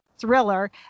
Thriller